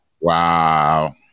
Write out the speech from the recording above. Wow